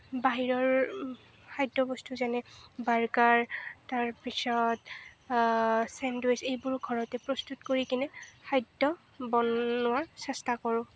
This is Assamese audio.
বাহিৰৰ খাদ্য বস্তু যেনে বাৰ্গাৰ তাৰ পিছত চেণ্ডউইচ এইবোৰ ঘৰতে প্ৰস্তুত কৰি কিনি খাদ্য বনোৱাৰ চেষ্টা কৰোঁ